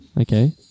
Okay